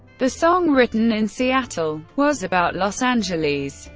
the song, written in seattle, was about los angeles.